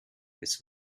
this